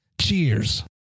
Cheers